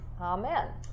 Amen